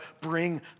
bring